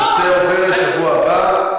הנושא עובר לשבוע הבא.